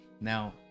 now